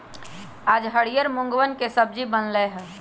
आज हरियर मूँगवन के सब्जी बन लय है